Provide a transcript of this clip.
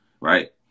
right